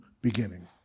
beginning